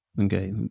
okay